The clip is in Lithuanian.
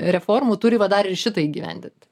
reformų turi va dar ir šitą įgyvendinti